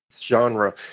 genre